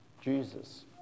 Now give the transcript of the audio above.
Jesus